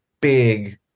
big